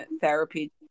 therapy